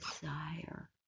desire